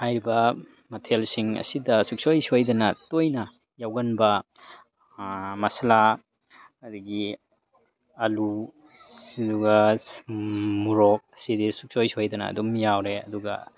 ꯍꯥꯏꯔꯤꯕ ꯃꯊꯦꯜꯁꯤꯡ ꯑꯁꯤꯗ ꯁꯨꯡꯁꯣꯏ ꯁꯣꯏꯗꯅ ꯇꯣꯏꯅ ꯌꯥꯎꯒꯟꯕ ꯃꯁꯥꯂꯥ ꯑꯗꯒꯤ ꯑꯥꯜꯂꯨ ꯑꯗꯨꯒ ꯃꯣꯔꯣꯛ ꯑꯁꯤꯗꯤ ꯁꯨꯡꯁꯣꯏ ꯁꯣꯏꯗꯅ ꯑꯗꯨꯝ ꯌꯥꯎꯔꯦ ꯑꯗꯨꯒ